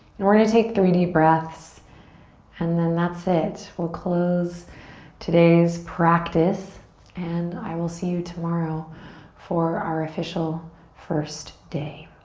and we're gonna take three deep breaths and then that's it. we'll close today's practice and i will see you tomorrow for our official first day.